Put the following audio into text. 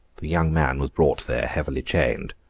the young man was brought there, heavily chained,